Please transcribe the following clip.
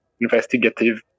investigative